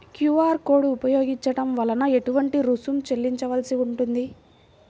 QR code ఉపయోగించటం వలన ఏటువంటి రుసుం చెల్లించవలసి ఉంటుంది?